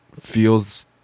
feels